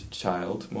child